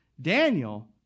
Daniel